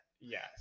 yes